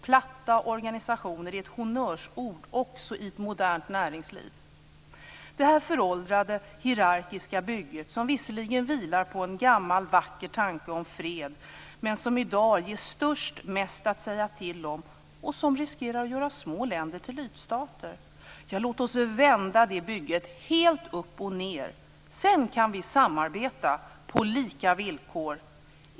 Platta organisationer är ett honnörsord också i ett modernt näringsliv. Det här föråldrade hierarkiska bygget vilar visserligen på en gammal vacker tanke om fred men ger i dag störst mest att säga till om och riskerar att göra små länder till lydstater. Låt oss vända det bygget helt upp och ned. Sedan kan vi samarbeta på lika villkor.